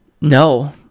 no